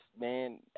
man